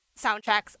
soundtracks